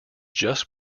just